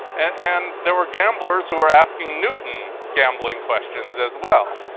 and there were gamblers who were asking newton gambling questions as well.